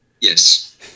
Yes